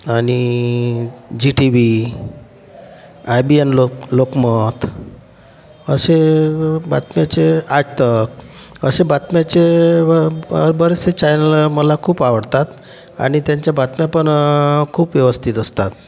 आणि Zee TV व्ही आय बी एन लोक लोकमत असे बातम्याचे आज तक असे बातम्याचे बरेचसे चॅनल मला खूप आवडतात आणि त्यांच्या बातम्या पण खूप व्यवस्थित असतात